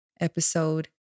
episode